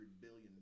billion